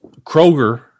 Kroger